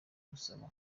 gusaba